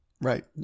Right